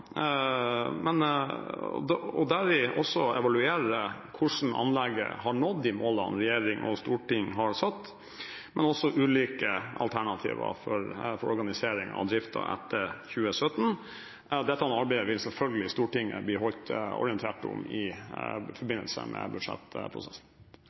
hvordan anlegget har nådd de målene regjering og storting har satt, men også ulike alternativer for organisering av driften etter 2017. Dette arbeidet vil selvfølgelig Stortinget bli holdt orientert om i forbindelse med budsjettprosessen.